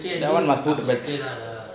why must put a chain ah